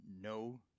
No